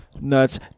nuts